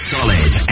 Solid